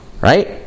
Right